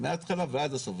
מההתחלה ועד הסוף.